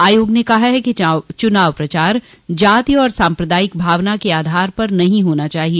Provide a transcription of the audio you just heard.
आयोग ने कहा है कि चुनाव प्रचार जाति और सांप्रदायिक भावना के आधार पर नहीं होना चाहिए